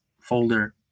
folder